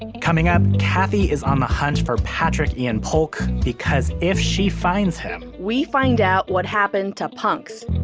coming up, kathy is on the hunt for patrik-ian polk because if she finds him. we find out what happened to punks.